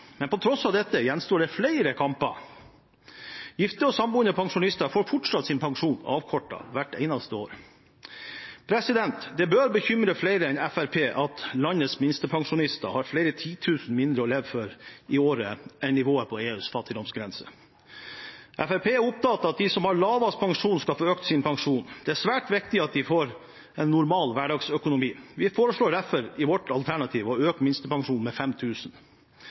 Men på tross av dette gjenstår det flere kamper. Gifte og samboende pensjonister får fortsatt sin pensjon avkortet hvert eneste år. Det bør bekymre flere enn Fremskrittspartiet at landets minstepensjonister har flere titusen mindre å leve for i året enn det som er nivået på EUs fattigdomsgrense. Fremskrittspartiet er opptatt av at de som har lavest pensjon, skal få økt sin pensjon. Det er svært viktig at de får en normal hverdagsøkonomi. Vi foreslår derfor i vårt alternativ å øke minstepensjonen med